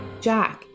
Jack